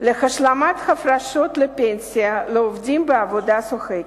להשלמת הפרשות לפנסיה לעובדים בעבודה שוחקת.